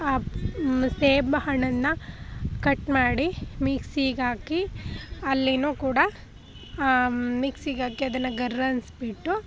ಆ ಸೇಬು ಹಣ್ಣನ್ನು ಕಟ್ ಮಾಡಿ ಮಿಕ್ಸಿಗ್ಹಾಕಿ ಅಲ್ಲಿಯು ಕೂಡ ಮಿಕ್ಸಿಗ್ಹಾಕಿ ಅದನ್ನು ಗರ್ ಅನಿಸ್ಬಿಟ್ಟು